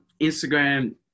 Instagram